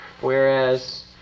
whereas